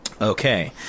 Okay